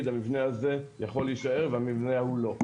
שהמבנה הזה יכול להישאר והמבנה ההוא לא.